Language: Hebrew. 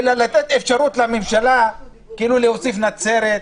אלא לתת לממשלה אפשרות להוסיף את נצרת,